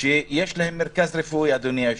שיש להם מרכז רפואי, אדוני היושב-ראש,